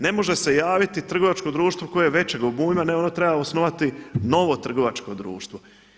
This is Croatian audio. Ne može se javiti trgovačko društvo koje je većeg obujma, ne ono treba osnovati novo trgovačko društvo.